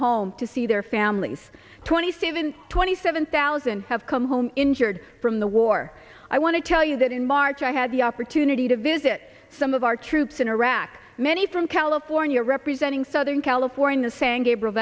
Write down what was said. home to see their families twenty three than twenty seven thousand have come home injured from the war i want to tell you that in march i had the opportunity to visit some of our troops in iraq many from california representing southern california san gabriel